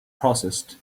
processed